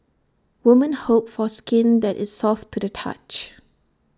women hope for skin that is soft to the touch